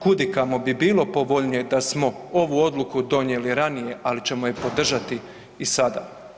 Kudikamo bi bilo povoljnije da smo ovu odluku donijeli ranije, ali ćemo je podržati i sada.